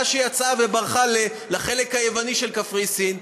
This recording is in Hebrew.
שיצאה וברחה לחלק היווני של קפריסין.